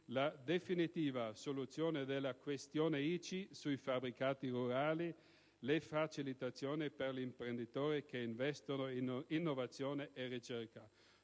la definitiva soluzione della questione ICI sui fabbricati rurali, le facilitazioni per gli imprenditori che investono in innovazione e ricerca.